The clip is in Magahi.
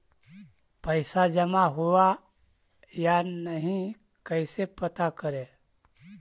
पैसा जमा हुआ या नही कैसे पता करे?